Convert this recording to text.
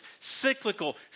cyclical